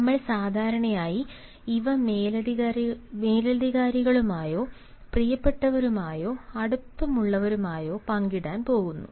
നമ്മൾ സാധാരണയായി ഇവ മേലധികാരികളുമായോ പ്രിയപ്പെട്ടവരുമായോ അടുത്തുള്ളവരുമായോ പങ്കിടാൻ പോകുന്നു